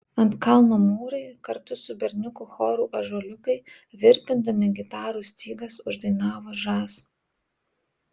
ant kalno mūrai kartu su berniukų choru ąžuoliukai virpindami gitarų stygas uždainavo žas